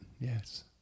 Yes